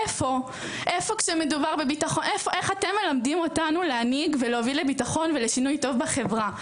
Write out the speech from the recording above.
איך אתם מלמדים אותנו להנהיג ולהוביל לבטחון ולשינוי טוב בחברה?